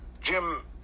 Jim